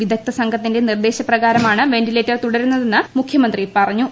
വിദഗ്ദ്ധ സംഘത്തിന്റെ നിർദ്ദേശപ്രകാരമാണ് വെന്റിലേറ്റർ തുടരുന്നതെന്ന് മുഖ്യമന്ത്രി പറഞ്ഞു